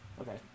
Okay